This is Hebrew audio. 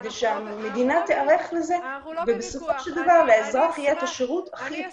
כדי שהמדינה תערך לזה ובסופו של דבר לאזרח יהיה את השירות הכי אפקטיבי.